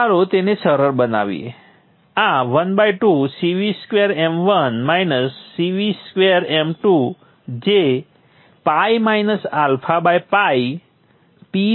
તો ચાલો તેને સરળ બનાવીએ આ ½ જે ᴨ αᴨ Po બાય 2f છે